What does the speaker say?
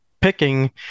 picking